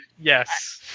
Yes